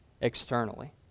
externally